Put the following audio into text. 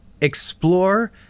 explore